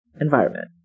environment